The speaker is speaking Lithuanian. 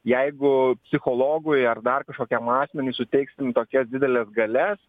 jeigu psichologui ar dar kažkokiam asmeniui suteiksim tokias dideles galias